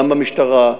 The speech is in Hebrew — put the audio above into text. גם במשטרה,